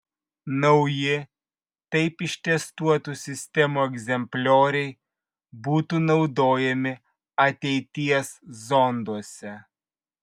nauji taip ištestuotų sistemų egzemplioriai būtų naudojami ateities zonduose